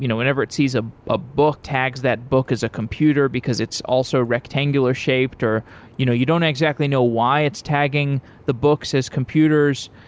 you know whenever it sees a ah book tags, that book is a computer, because it's also rectangular shaped. you know you don't exactly know why it's tagging the books as computers.